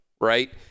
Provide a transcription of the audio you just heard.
right